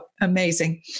amazing